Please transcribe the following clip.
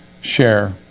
share